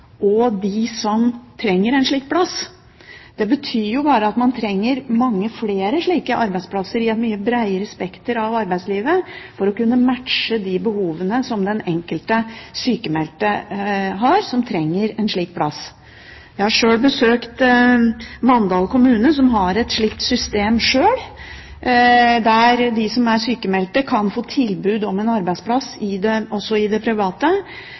og de som trenger en slik plass. Det betyr jo bare at man trenger mange flere slike arbeidsplasser i et mye breiere spekter av arbeidslivet for å kunne matche de behovene som den enkelte sykmeldte har, som trenger en slik plass. Jeg har sjøl besøkt Mandal kommune som har et slikt system, der de som er sykmeldt, kan få tilbud om en arbeidsplass også i det private,